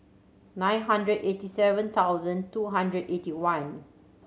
nine hundred eighty seven thousand two hundred eighty one